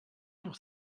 pour